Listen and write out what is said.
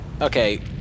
Okay